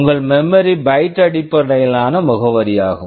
உங்கள் memory memory byte byte அடிப்படையிலான முகவரியாகும்